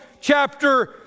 chapter